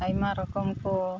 ᱟᱭᱢᱟ ᱨᱚᱠᱚᱢ ᱠᱚ